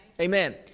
Amen